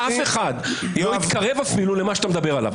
אף אחד לא התקרב אפילו למה שאתה מדבר עליו,